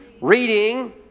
reading